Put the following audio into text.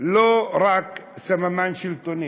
לא רק סממן שלטוני.